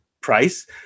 price